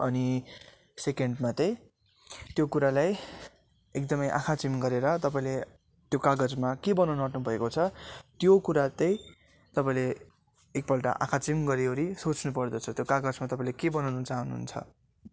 अनि सेकेन्डमा चाहिँ त्यो कुरालाई एकदमै आँखा चिम गरेर तपाईँले त्यो कागजमा के बनाउनु आँट्नु भएको छ त्यो कुरा चाहिँ तपाईँले एकपल्ट आँखा चिम गरिवरि सोच्नु पर्दछ त्यो कागजमा तपाईँले के बनाउनु चाहनुहुन्छ